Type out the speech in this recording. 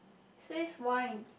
says wine